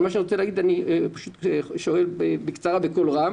אני פשוט שואל בקצרה בקול רם